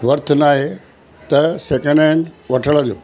worth न आहे त सैंकड हैंड वठण जो